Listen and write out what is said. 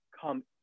come